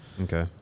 Okay